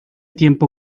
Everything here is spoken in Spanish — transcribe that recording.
tiempo